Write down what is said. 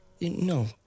No